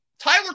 Tyler